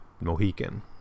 Mohican